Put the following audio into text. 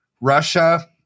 Russia